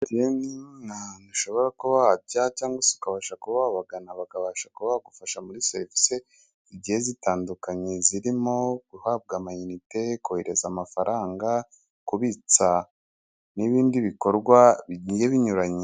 Ahantu ushobora kuba wajya cyangwa se ukabasha kuba wabagana bakabasha kuba bagufasha muri serivisi zigiye zitandukanye, zirimo guhabwa ama inite, kohereza amafaranga, kubitsa n'ibindi bikorwa bigiye binyuranye.